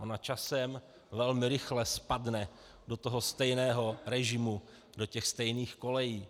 Ona časem velmi rychle spadne do stejného režimu, do stejných kolejí.